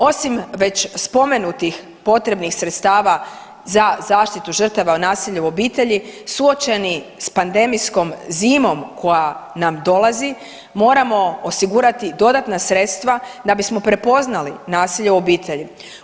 Osim već spomenutih potrebnih sredstava za zaštitu žrtava nasilja u obitelji, suočeni s pandemijskom zimom koja nam dolazi, moramo osigurati dodatna sredstva da bismo prepoznali nasilje u obitelji.